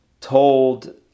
told